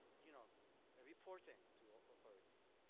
you know reporting to authorities,